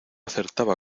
acertaba